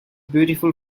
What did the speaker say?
beautiful